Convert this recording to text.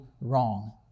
wrong